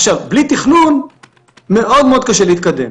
בלי תכנון מאוד מאוד קשה להתקדם.